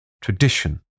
tradition